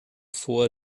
vor